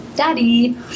Daddy